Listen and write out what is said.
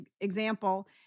example